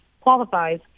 qualifies